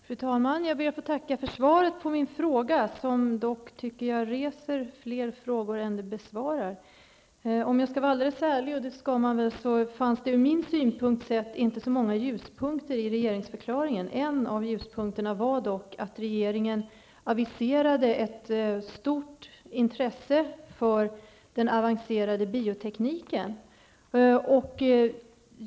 Fru talman! Jag ber att få tacka för svaret på min fråga som dock reser fler frågor än det besvarar. Om jag skall vara helt ärlig, fanns det från min synpunkt inte så många ljuspunkter i regeringsförklaringen, men en ljuspunkt var dock att regeringen aviserade ett stort intresse för den avancerade biotekniken.